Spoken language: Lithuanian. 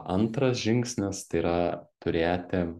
antras žingsnis tai yra turėti